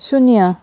शून्य